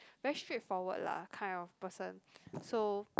very straightforward lah kind of person so